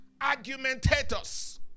argumentators